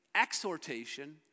exhortation